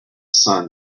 sun